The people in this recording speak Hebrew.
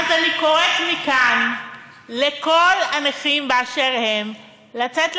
אז אני קוראת מכאן לכל הנכים באשר הם לצאת להפגנה.